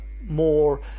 more